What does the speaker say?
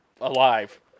alive